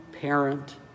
parent